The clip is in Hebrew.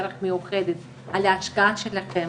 דרך מיוחדת, על ההשקעה שלכם